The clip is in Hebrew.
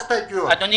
אדוני